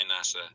NASA